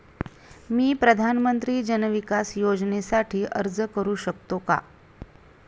मी प्रधानमंत्री जन विकास योजनेसाठी अर्ज करू शकतो का?